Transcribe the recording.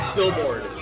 Billboard